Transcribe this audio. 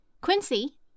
Quincy